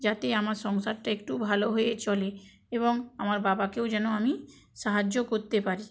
যাতে আমার সংসারটা একটু ভালো হয়ে চলে এবং আমার বাবাকেও যেন আমি সাহায্য করতে পারি